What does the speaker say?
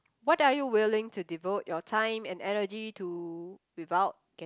what are you willing to devote your time and energy to without get